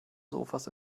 sofas